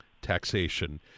taxation